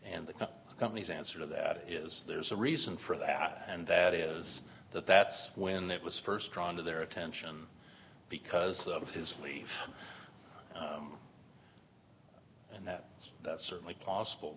and the company's answer to that is there's a reason for that and that is that that's when that was first drawn to their attention because of his leave and that that's certainly possible